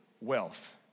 wealth